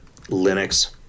Linux